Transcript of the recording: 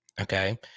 okay